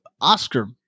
Oscar